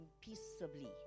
peaceably